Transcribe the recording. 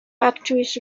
actress